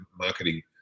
marketing